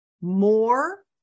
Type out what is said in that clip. more